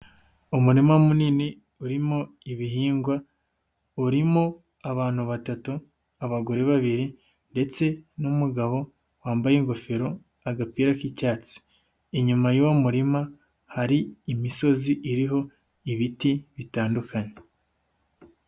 Umurima munini urimo ibihingwa, urimo abantu batatu abagore babiri ndetse n'umugabo wambaye ingofero agapira k'icyatsi. Inyuma y'uwo murima hari imisozi iriho ibiti bitandukanye.